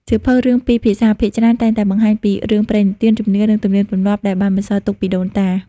សៀវភៅរឿងពីរភាសាភាគច្រើនតែងតែបង្ហាញពី រឿងព្រេងនិទាន ជំនឿ និង ទំនៀមទម្លាប់ ដែលបានបន្សល់ទុកពីដូនតា។